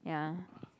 ya